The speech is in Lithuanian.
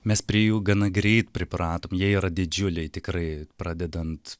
mes prie jų gana greit pripratom jie yra didžiuliai tikrai pradedant